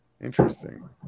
Interesting